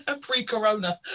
Pre-corona